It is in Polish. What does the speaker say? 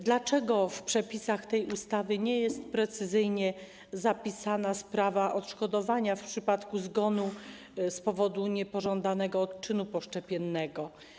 Dlaczego w przepisach tej ustawy nie jest precyzyjnie zapisana sprawa odszkodowania w przypadku zgonu z powodu niepożądanego odczynu poszczepiennego?